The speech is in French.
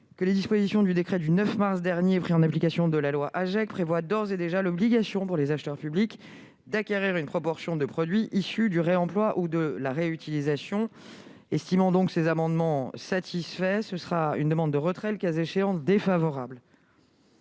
les dispositions du décret du 9 mars dernier pris en application de la loi AGEC prévoient d'ores et déjà l'obligation pour les acheteurs publics d'acquérir une proportion de produits issus du réemploi ou de la réutilisation. Ces amendements étant satisfaits, le Gouvernement en demande leur retrait ; à défaut, il